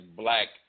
black